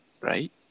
right